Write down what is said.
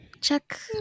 Check